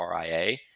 RIA